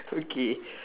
okay